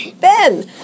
Ben